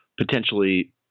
potentially